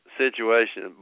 situation